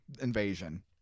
invasion